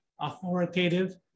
Authoritative